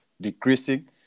decreasing